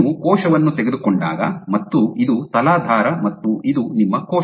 ನೀವು ಕೋಶವನ್ನು ತೆಗೆದುಕೊಂಡಾಗ ಮತ್ತು ಇದು ತಲಾಧಾರ ಮತ್ತು ಇದು ನಿಮ್ಮ ಕೋಶ